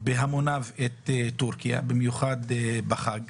בהמוניו את טורקיה, במיוחד בחג,